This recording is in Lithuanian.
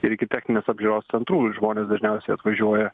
ir iki techninės apžiūros centrų žmonės dažniausiai atvažiuoja